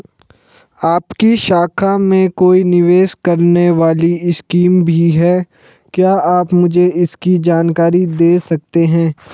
आपकी शाखा में कोई निवेश करने वाली स्कीम भी है क्या आप मुझे इसकी जानकारी दें सकते हैं?